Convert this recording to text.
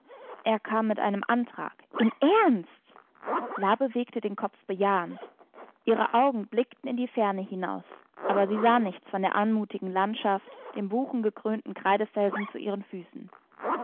er kam mit einem antrag im ernst la bewegte den kopf bejahend ihre augen blickten in die ferne hinaus aber sie sah nichts von der anmutigen landschaft den buchengekrönten kreidefelsen zu ihren füßen